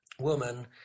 woman